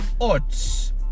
odds